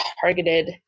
targeted